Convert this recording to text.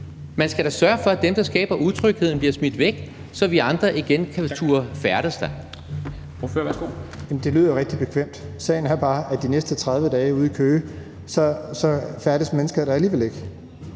Man skal da sørge for, at dem, der skaber utrygheden, bliver smidt væk, så vi andre igen tør færdes der.